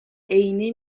عینه